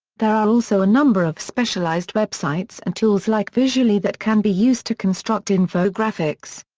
there are also a number of specialized websites and tools like visually that can be used to construct infographics.